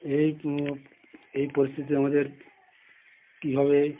এই এই পরিস্থিতি আমাদের কী ভাবে